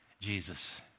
Jesus